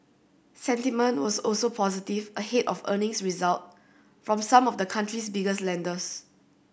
sentiment was also positive ahead of earnings results from some of the country's biggest lenders